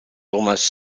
almost